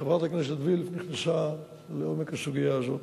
חברת הכנסת וילף נכנסה לעומק הסוגיה הזאת.